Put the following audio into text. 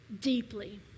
deeply